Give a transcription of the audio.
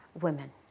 women